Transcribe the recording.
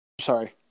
sorry